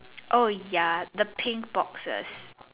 oh ya the pink boxes